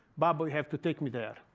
babbo, you have to take me there.